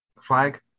flag